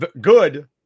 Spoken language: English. good